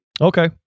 Okay